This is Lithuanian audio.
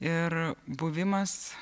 ir buvimas